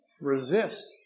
Resist